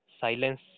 silence